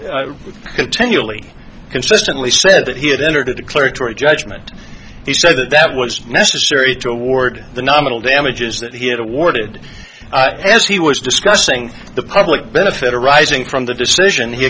hogan continually consistently said that he had entered a declaratory judgment he said that that was necessary to award the nominal damages that he had awarded as he was discussing the public benefit arising from the decision he